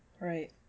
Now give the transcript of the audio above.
Right